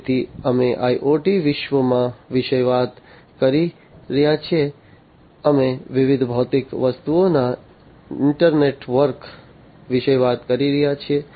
તેથી અમે IoT વિશ્વમાં વિશે વાત કરી રહ્યા છીએ અમે વિવિધ ભૌતિક વસ્તુઓના ઇન્ટરનેટવર્ક વિશે વાત કરી રહ્યા છીએ